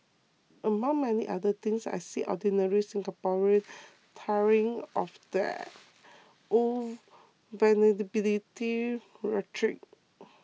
among many other things I see ordinary Singaporean tiring of the old vulnerability rhetoric